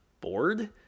bored